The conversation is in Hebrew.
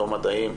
לא מדעים,